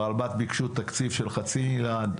ברלב"ד ביקשו תקציב של חצי מיליארד.